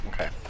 Okay